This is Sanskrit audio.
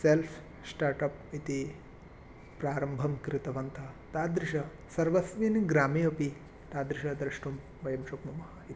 सेल्फ़् श्टार्टप् इति प्रारम्भं कृतवन्तः तादृशं सर्वस्मिन् ग्रामे अपि तादृशं द्रष्टुं वयं शक्नुमः इति